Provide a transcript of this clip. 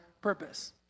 purpose